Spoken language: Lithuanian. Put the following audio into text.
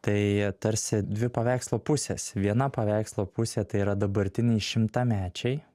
tai tarsi dvi paveikslo pusės viena paveikslo pusė tai yra dabartiniai šimtamečiai